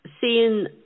seeing